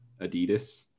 Adidas